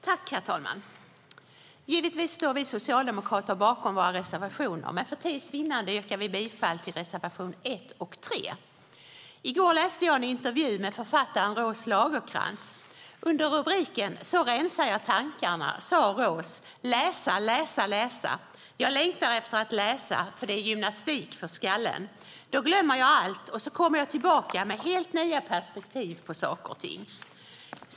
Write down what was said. Herr talman! Givetvis står vi socialdemokrater bakom våra reservationer, men för tids vinnande yrkar jag bifall till reservationerna 1 och 3. I går läste jag en intervju med författaren Rose Lagercrantz. Under rubriken "Så rensar jag tankarna" sade Rose: "Läsa, läsa, läsa! Jag längtar efter att läsa för det är gymnastik för skallen. Då glömmer jag allt och så kommer jag tillbaka med helt nya perspektiv på saker och ting."